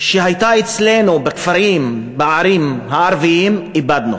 שהייתה אצלנו בכפרים ובערים הערביים, איבדנו.